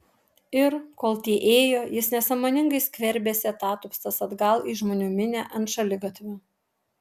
ir kol tie ėjo jis nesąmoningai skverbėsi atatupstas atgal į žmonių minią ant šaligatvio